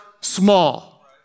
small